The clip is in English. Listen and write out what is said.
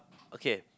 okay